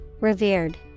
Revered